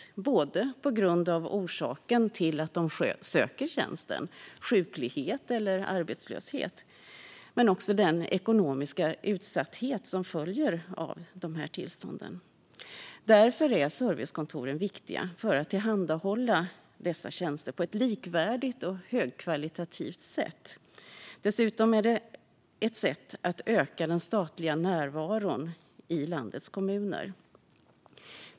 Det kan vara på grund av själva orsaken till att de söker tjänsten - sjuklighet eller arbetslöshet - och den ekonomiska utsatthet som följer av tillstånden. Därför är servicekontoren viktiga för att tillhandahålla dessa tjänster på ett likvärdigt och högkvalitativt sätt. Dessutom är de ett sätt att öka den statliga närvaron i landets kommuner.